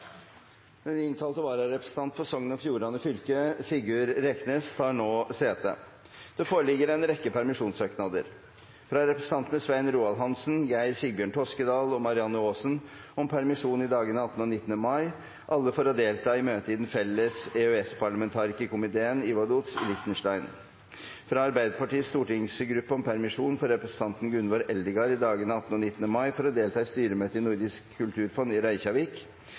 Den innkalte vararepresentant for Sogn og Fjordane fylke, Sigurd Reksnes, tar nå sete. Det foreligger en rekke permisjonssøknader: fra representantene Svein Roald Hansen, Geir Sigbjørn Toskedal og Marianne Aasen om permisjon i dagene 18. og 19. mai – alle for å delta i møte i Den felles EØS-parlamentarikerkomiteen i Vaduz, Liechtenstein fra Arbeiderpartiets stortingsgruppe om permisjon for representanten Gunvor Eldegard i dagene 18. og 19. mai for å delta i styremøte i Nordisk kulturfond i Reykjavik